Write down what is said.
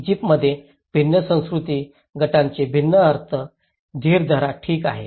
इजिप्तमधील भिन्न सांस्कृतिक गटांचे भिन्न अर्थ धीर धरा ठीक आहे